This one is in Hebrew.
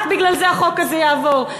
רק בגלל זה החוק הזה יעבור.